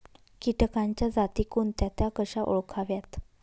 किटकांच्या जाती कोणत्या? त्या कशा ओळखाव्यात?